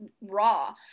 raw